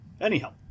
Anyhow